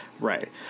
right